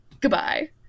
goodbye